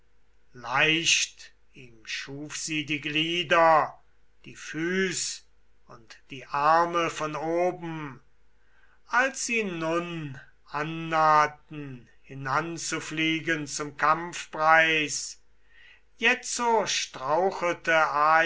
leicht ihm schuf sie die glieder die füß und die arme von oben als sie nun annahten hinanzufliegen zum kampfpreis jetzo strauchelte